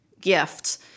gift